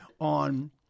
on